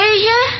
Asia